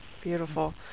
Beautiful